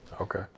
Okay